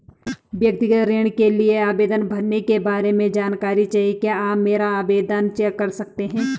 व्यक्तिगत ऋण के लिए आवेदन भरने के बारे में जानकारी चाहिए क्या आप मेरा आवेदन चेक कर सकते हैं?